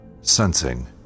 Sensing